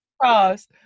cross